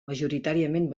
majoritàriament